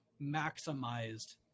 maximized